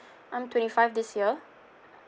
I'm twenty five this year